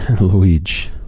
Luigi